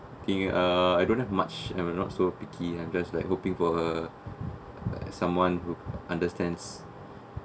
think uh I don't have much I'm not so picky I'm just hoping for someone who understands